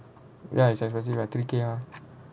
ya it's expensive lah three K ah